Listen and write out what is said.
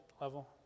level